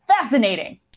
fascinating